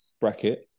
bracket